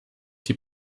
die